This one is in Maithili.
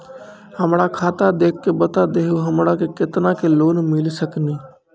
हमरा खाता देख के बता देहु हमरा के केतना के लोन मिल सकनी?